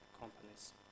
companies